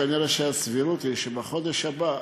כנראה הסבירות היא שבחודש הבא,